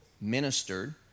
ministered